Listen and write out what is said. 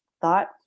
thought